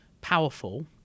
powerful